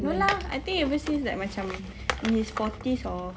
no lah I think ever since like macam in his forties or